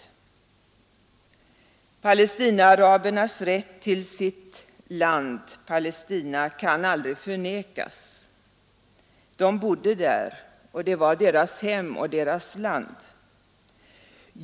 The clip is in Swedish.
Palestinaarabernas rätt till sitt land, Palestina, kan aldrig förnekas. De bodde där, det var deras hem och deras land.